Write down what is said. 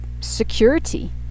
security